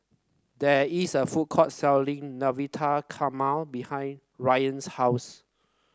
there is a food court selling Navratan Korma behind Ryann's house